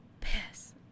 piss